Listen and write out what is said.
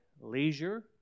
leisure